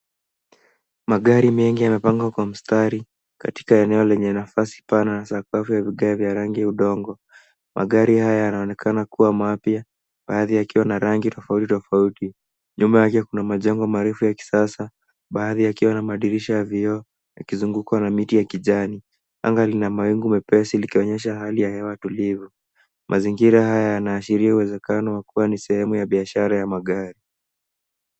Magari mengi yamepangwa kwa mstari katika eneo lenye nafasi pana na sakafu ya vigae vya rangi ya udongo ,magari haya yanaonekana kuwa mapya baadhi yakiwa na rangi tofauti tofauti, nyuma yake kuna majengo marefu ya kisasa baadhi yakiwa na madirisha ya vioo yakizungukwa na miti ya kijani anga lina mawingu mepesi likionyesha hali ya hewa tulivu, mazingira haya yanaashiria uwezekano wa kuwa ni sehemu ya biashara ya magari.